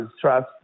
trust